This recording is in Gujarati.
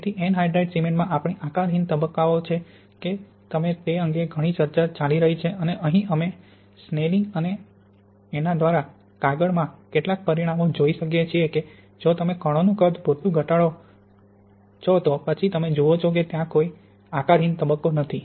તેથી અનહાઇડ્રેટેડ સિમેન્ટમાં આપણી આકારહીન તબક્કાઓ છે કે કેમ તે અંગે ઘણી ચર્ચા ચાલી રહી છે અને અહીં અમે સ્નેલિંગેક્સ અને મારા દ્વારા કાગળમાં કેટલાક પરિણામો જોઈ શકીએ છીએ કે જો તમે કણોનું કદ પૂરતું ઘટાડો છોતો પછી તમે જુઓ છો કે ત્યાં કોઈ આકારહીન તબક્કો નથી